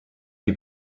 die